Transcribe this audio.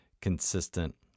consistent